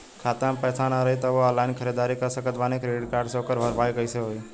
खाता में पैसा ना रही तबों ऑनलाइन ख़रीदारी कर सकत बानी क्रेडिट कार्ड से ओकर भरपाई कइसे होई?